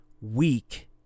weak